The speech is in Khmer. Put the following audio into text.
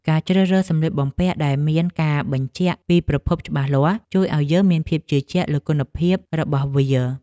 ការជ្រើសរើសសម្លៀកបំពាក់ដែលមានការបញ្ជាក់ពីប្រភពច្បាស់លាស់ ជួយឱ្យយើងមានភាពជឿជាក់លើគុណភាពរបស់វា។